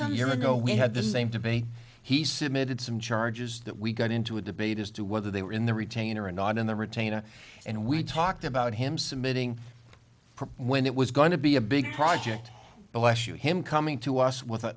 a year ago we had the same debate he submitted some charges that we got into a debate as to whether they were in the retainer or not in the retainer and we talked about him submitting when it was going to be a big project bless you him coming to us with